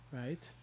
right